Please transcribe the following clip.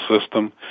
system